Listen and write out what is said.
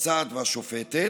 המבצעת והשופטת,